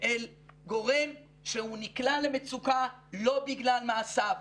כאל גורם שהוא נקלע למצוקה לא בגלל מעשיו,